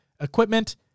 equipment